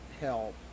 help